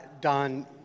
Don